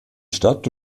stadt